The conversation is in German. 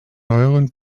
neueren